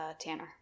tanner